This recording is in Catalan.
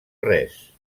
res